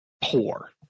poor